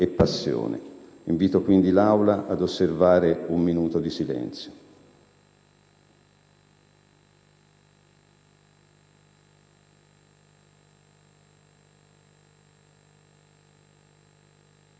passione. Invito, quindi, l'Aula ad osservare un minuto di silenzio.